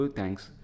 thanks